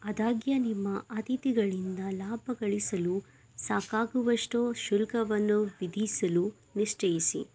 ಆದಾಗ್ಯೂ ನಿಮ್ಮ ಅತಿಥಿಗಳಿಂದ ಲಾಭಗಳಿಸಲು ಸಾಕಾಗುವಷ್ಟು ಶುಲ್ಕವನ್ನು ವಿಧಿಸಲು ನಿಶ್ಚಯಿಸಿ